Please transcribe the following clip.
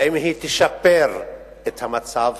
האם היא תשפר את המצב